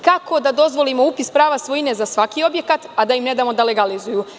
Kako da dozvolimo upis prava svojine za svaki objekat, a da im ne damo da legalizuju?